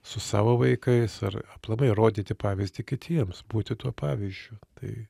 su savo vaikais ar aplamai rodyti pavyzdį kitiems būti tuo pavyzdžiu tai